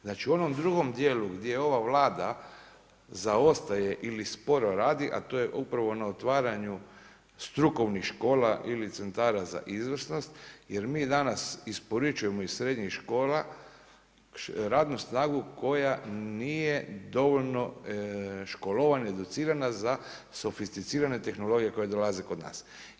Znači u onom drugom dijelu gdje ova Vlada zaostaje ili sporo radi, a to je upravo na otvaranju strukovnih škola ili centara za izvrsnost, jer mi danas isporučujemo iz srednjih škola, radnu snagu koja nije dovoljno školovana, educirana, za sofisticirane tehnologije koje dolaze do nas.